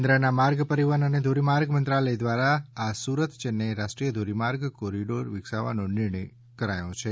કેન્દ્રના માર્ગ પરિવહન અને ધોરીમાર્ગ મંત્રાલય દ્વારા આ સુરત યેન્નાઇ રાષ્ટ્રીય ધોરીમાર્ગ કોરીડોર વિકસાવવાનો નિર્ણય કરાયો છે